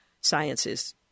Sciences